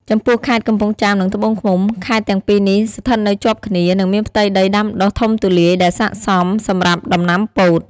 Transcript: ចំពោះខេត្តកំពង់ចាម និងត្បូងឃ្មុំ ខេត្តទាំងពីរនេះស្ថិតនៅជាប់គ្នា និងមានផ្ទៃដីដាំដុះធំទូលាយដែលស័ក្តិសមសម្រាប់ដំណាំពោត។